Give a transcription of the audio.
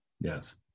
yes